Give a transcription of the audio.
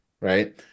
right